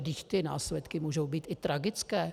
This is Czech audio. Vždyť ty následky můžou být i tragické.